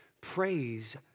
praise